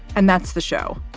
and that's the show.